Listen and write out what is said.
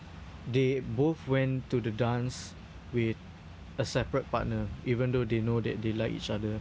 they both went to the dance with a separate partner even though they know that they like each other